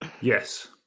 Yes